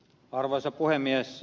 arvoisa puhemies